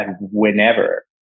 whenever